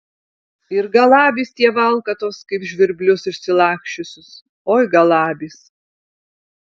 ir galabys tie valkatos kaip žvirblius išsilaksčiusius oi galabys